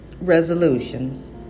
resolutions